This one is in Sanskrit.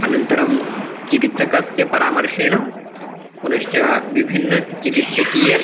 अनन्तरं चिकित्सकस्य परामर्षेण पुनश्च विभिन्नचिकित्सकीयं